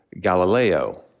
Galileo